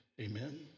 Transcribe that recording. Amen